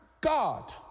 God